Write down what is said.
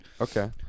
Okay